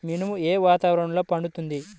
మినుము ఏ వాతావరణంలో పండుతుంది?